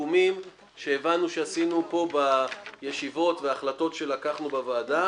הסיכומים שהבנו שעשינו פה בישיבות והחלטות שקיבלנו בוועדה.